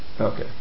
okay